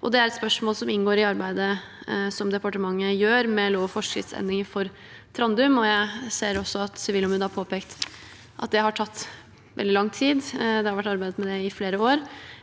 Det er et spørsmål som inngår i arbeidet departementet gjør med lov- og forskriftsendringer for Trandum. Jeg ser også at Sivilombudet har påpekt at det har tatt veldig lang tid. Det har vært arbeidet med det i flere år.